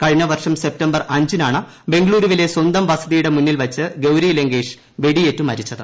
കഴിഞ്ഞ വർഷം സെപ്റ്റംബർ അഞ്ചിനാണ് ബംഗ്ലൂരിവിലെ സ്വന്തം വസതിയുടെ മുന്നിൽ വച്ച് ഗൌരീ ലങ്കേഷ് വെടിയേറ്റ് മരിച്ചത്